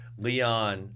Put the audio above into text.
Leon